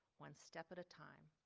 one step at a time.